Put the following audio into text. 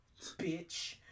bitch